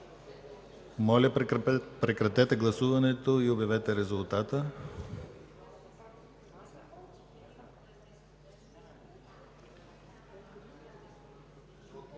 Прекратете гласуването и обявете резултата.